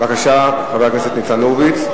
בבקשה, חבר הכנסת ניצן הורוביץ.